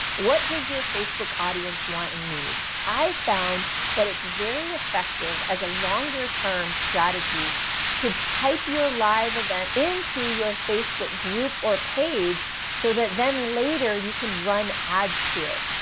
what does your facebook audience want and need? i found that it's very effective as a longer term strategy to pipe your live event into your facebook group or page so that then later you can run ads to it.